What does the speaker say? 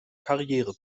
karriere